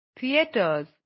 theaters